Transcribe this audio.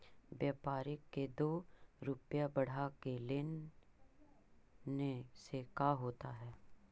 व्यापारिक के दो रूपया बढ़ा के लेने से का होता है?